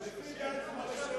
הצבעה.